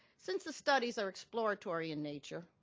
since the studies are exploratory in nature,